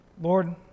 Lord